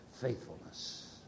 faithfulness